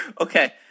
Okay